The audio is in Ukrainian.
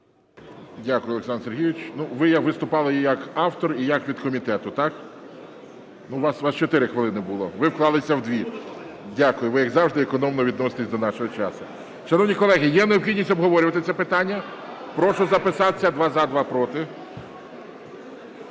Дякую, Олександр Сергійович. Ну, ви виступали як автор і як від комітету, так? У вас 4 хвилини було. Ви вклалися в 2. Дякую, ви, як завжди, економно відноситесь до нашого часу. Шановні колеги, є необхідність обговорювати це питання? Прошу записатися: два – за, два – проти.